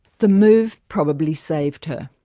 the move probably saved her.